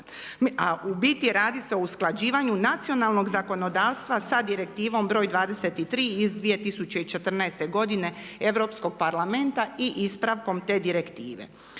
u biti radi se o usklađivanju nacionalnog zakonodavstva sa Direktivom br. 23. iz 2014. godine Europskog parlamenta i ispravkom te direktive.